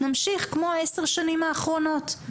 נמשיך כמו ה-10 שנים האחרונות,